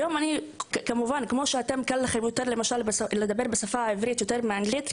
כמו שלכם יותר קל לדבר בשפה העברית יותר מבאנגלית,